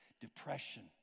depression